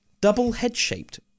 Double-head-shaped